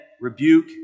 rebuke